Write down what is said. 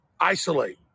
Isolate